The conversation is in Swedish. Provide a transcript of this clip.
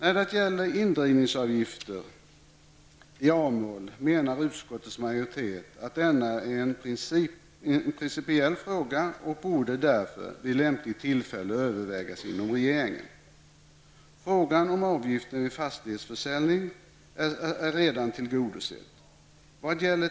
Frågan om indrivningsavgiftens storlek i A-mål menar utskottsmajoriteten är en principiell fråga som därför vid lämpligt tillfälle borde övervägas inom regeringen. Frågan om avgiften vid fastighetsförsäljning är redan tillgodosedd.